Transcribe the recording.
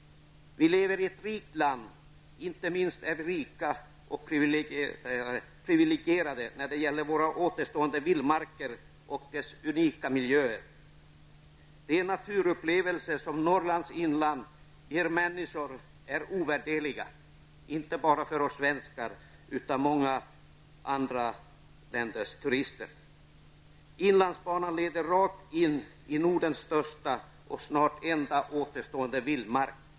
Vi lever i ett rikt land, inte minst är vi rika och privilegierade när det gäller våra återstående vildmarker och deras unika miljöer. De naturupplevelser som Norrlands inland ger människor är ovärderliga. Det gäller inte bara oss svenskar utan turister från många andra länder. Inlandsbanan leder rakt in i Nordens största och snart enda återstående vildmark.